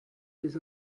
des